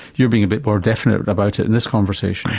you're being a bit more definite about it in this conversation?